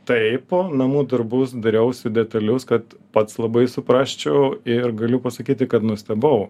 taip namų darbus dariausi detalius kad pats labai suprasčiau ir galiu pasakyti kad nustebau